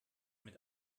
mit